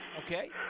Okay